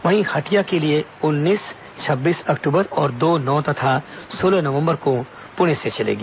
वहीं हटिया के लिए उन्नीस छब्बीस अक्टूबर और दो नौ तथा सोलह नवंबर को पूणे से चलेगी